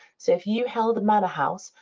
so if you held a manor house,